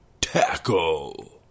Tackle